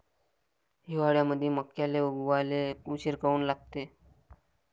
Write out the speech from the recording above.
हिवाळ्यामंदी मक्याले उगवाले उशीर काऊन लागते?